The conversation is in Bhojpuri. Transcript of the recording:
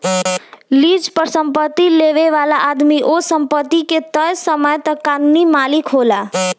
लीज पर संपत्ति लेबे वाला आदमी ओह संपत्ति के तय समय तक कानूनी मालिक होला